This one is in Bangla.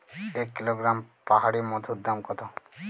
এক কিলোগ্রাম পাহাড়ী মধুর দাম কত?